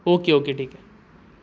okay okay ठीक आहे